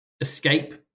escape